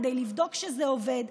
כדי לבדוק שזה עובד,